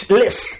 list